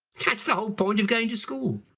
that's the whole point of going to school.